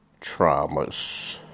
traumas